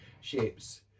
shapes